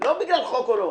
לא בגלל חוק או לא.